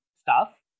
staff